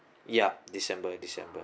yup december december